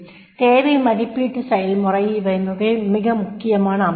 தேவை மதிப்பீட்டு செயல்முறை இவை மிக முக்கியமான அம்சங்கள்